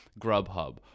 Grubhub